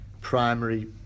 primary